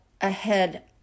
ahead